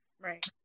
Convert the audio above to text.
Right